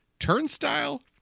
turnstile